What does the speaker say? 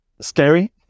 scary